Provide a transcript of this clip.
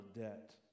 debt